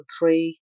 three